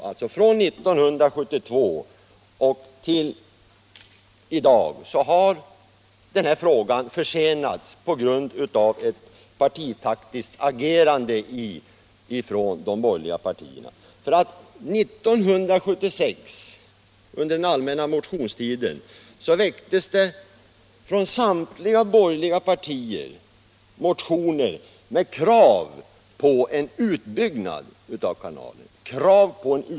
Från 1972 till i dag har alltså den här frågan försenats på grund av ett partitaktiskt agerande från de borgerliga partierna. Under den allmänna motionstiden 1976 väcktes från samtliga borgerliga partier motioner med krav på en utbyggnad av kanalen.